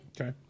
Okay